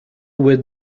with